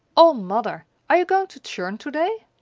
o mother, are you going to churn today?